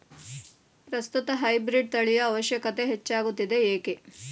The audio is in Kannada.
ಪ್ರಸ್ತುತ ಹೈಬ್ರೀಡ್ ತಳಿಯ ಅವಶ್ಯಕತೆ ಹೆಚ್ಚಾಗುತ್ತಿದೆ ಏಕೆ?